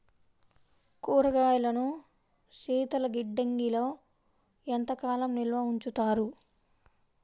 కూరగాయలను శీతలగిడ్డంగిలో ఎంత కాలం నిల్వ ఉంచుతారు?